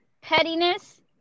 pettiness